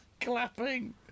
Clapping